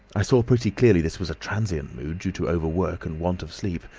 i saw pretty clearly this was a transient mood, due to overwork and want of sleep,